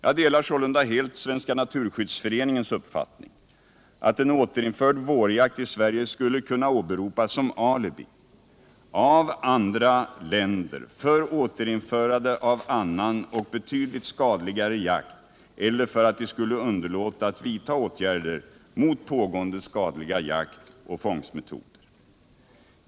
Jag delar sålunda helt Svenska naturskyddsföreningens uppfattning att en återinförd vårjakt i Sverige skulle kunna åberopas som alibi av andra länder för återinförande av annan och betydligt skadligare jakt eller för att de skulle underlåta att vidta åtgärder mot pågående skadliga jaktoch fångstmetoder.